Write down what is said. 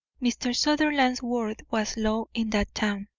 mr. sutherland's word was law in that town.